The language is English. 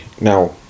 Now